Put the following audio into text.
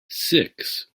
six